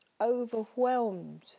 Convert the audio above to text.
overwhelmed